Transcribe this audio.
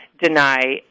deny